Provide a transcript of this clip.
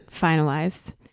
finalized